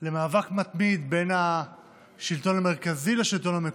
למאבק מתמיד בין השלטון המרכזי לשלטון המקומי.